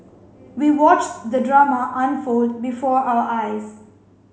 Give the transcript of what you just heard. we watched the drama unfold before our eyes